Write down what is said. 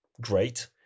great